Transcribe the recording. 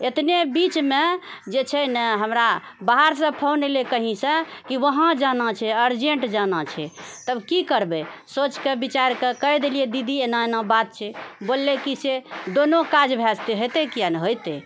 एतने बीचमे जे छै ने हमरा बाहरसँ फोन एलै कहीसँ कि वहाँ जाना छै अर्जेन्ट जाना छै तब की करबै सोचिके विचारिके तब कहि देलियै दीदी एना एना बात छै बोललै कि से दोनो काज भए सकैए हेतै किया नहि हेतै